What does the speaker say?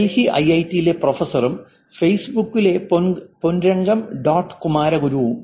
ഡൽഹി ഐഐടിയിലെ പ്രൊഫസറും ഫേസ്ബുക്കിലെ പൊൻരംഗം ഡോട്ട് കുമാരഗുരു ponurangam